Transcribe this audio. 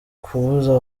kubuza